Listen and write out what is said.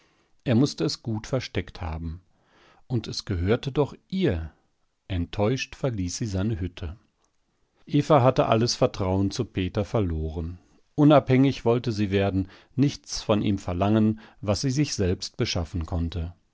er mußte es gut versteckt haben und es gehörte doch ihr enttäuscht verließ sie seine hütte eva hatte alles vertrauen zu peter verloren unabhängig wollte sie werden nichts von ihm verlangen was sie sich selbst beschaffen konnte